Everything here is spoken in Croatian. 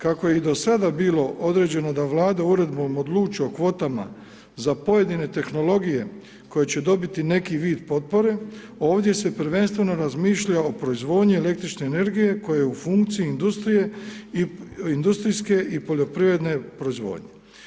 Kako je i do sada bilo određeno da Vlada uredbom odlučuje o kvotama za pojedine tehnologije koje će dobiti neki vid potpore ovdje se prvenstveno razmišlja o proizvodnji električne energije koja je u funkciji industrijske i poljoprivredne proizvodnje.